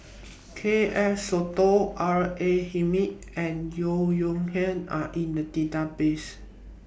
K F Seetoh R A Hamid and Yeo Yong Nian Are in The databases